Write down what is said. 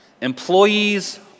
Employees